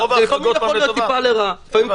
לפעמים זה יכול להיות טיפה לרעה,